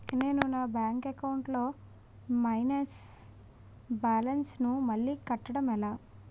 నేను నా bank account లొ మైనస్ బాలన్స్ ను మళ్ళీ కట్టడం ఎలా?